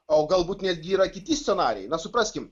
o galbūt netgi yra kiti scenarijai na supraskim